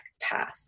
path